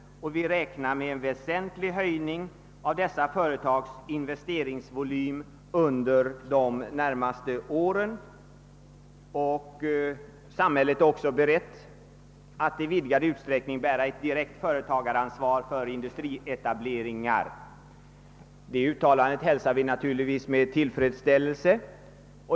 Han sade att man räknar med en väsentlig ökning av dessa företags investeringsvolym under de närmaste åren och att samhället är berett att i vidgad utsträckning bära ett direkt företagaransvar för industrietableringar. Det uttalandet hälsar vi naturligtvis med tillfredsställelse.